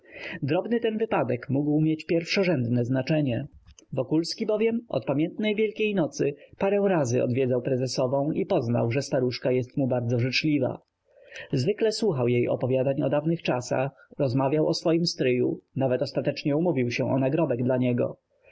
drobny ten wypadek mógł mieć pierwszorzędne znaczenie wokulski bowiem od pamiętnej wielkanocy parę razy odwiedzał prezesową i poznał że staruszka jest mu bardzo życzliwa zwykle słuchał jej opowiadań o dawnych czasach rozmawiał o swoim stryju nawet ostatecznie umówił się o nagrobek dla niego